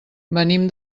venim